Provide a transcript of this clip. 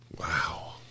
Wow